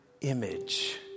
image